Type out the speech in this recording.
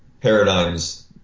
paradigms